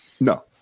No